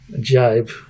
jibe